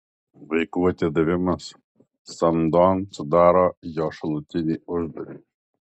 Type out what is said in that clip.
vaikų atidavimas samdon sudaro jo šalutinį uždarbį